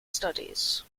studies